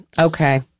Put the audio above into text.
Okay